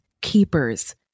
Keepers